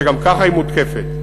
שגם ככה היא מותקפת,